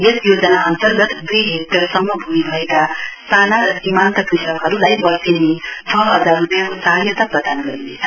यस योजना अन्तर्गत दुई हेक्टेयर सम्म भूमि भएका साना र सीमान्त कृषकहरूलाई वर्षेनी छ हजार रूपियाँको सहायता प्रदान गरिनेछ